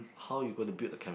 how you gonna build the chemi~